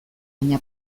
baina